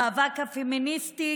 המאבק הפמיניסטי,